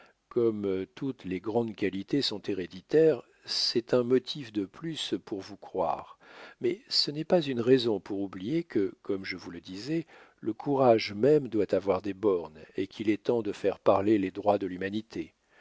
comme toutes les grandes qualités sont héréditaires c'est un motif de plus pour vous croire mais ce n'est pas une raison pour oublier que comme je vous le disais le courage même doit avoir des bornes et qu'il est temps de faire parler les droits de l'humanité